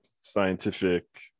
scientific